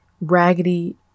raggedy